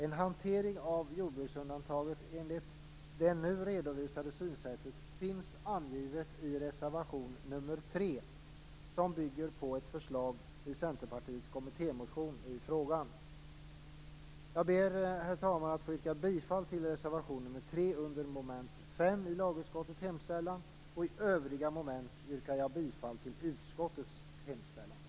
En hantering av jordbruksundantaget enligt det nu redovisade synsättet finns angiven i reservation nr 3, som bygger på ett förslag i Centerpartiets kommittémotion i frågan. Jag ber, herr talman, att få yrka bifall till reservation nr 3 under mom. 5 i lagutskottets hemställan. I fråga om övriga moment yrkar jag bifall till utskottets hemställan.